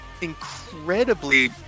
Incredibly